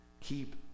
keep